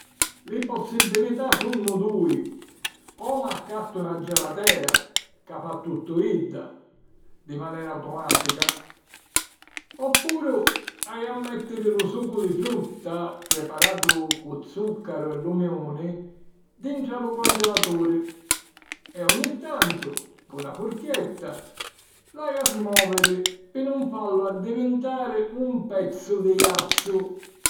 Li possibilità sunnu dui: o m'accattu na gelatera ca fa tuttu idda, di manera automàtica, o puru haju a mèttiri lu sucu di frutta, preparatu cu zùccaru e lumiuni, dintra lu congelaturi e ogni tantu cu na furchetta l'haju a smòviri pi nun fallu addivintari un pezzu di jazzu.